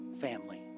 family